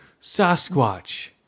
Sasquatch